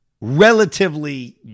Relatively